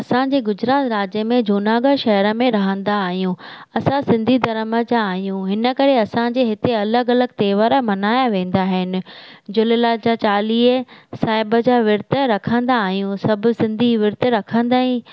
असांजे गुजरात राज्य में जूनागढ़ शहर में रहंदा आहियूं असां सिंधी धरम जा आहियूं हिन करे असांजे हिते अलॻि अलॻि तहिंवार मनाया वेंदा आहिनि झूलेलाल जा चालीह साहिब जा विर्त रखंदा आहियूं सभु सिंधी विर्त रखंदा ई